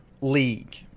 league